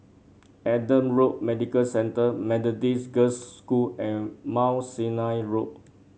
Adam Road Medical Centre Methodist Girls' School and Mount Sinai Road